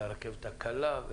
עם הרכבת הקלה.